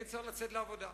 אין צורך לצאת לעבודה,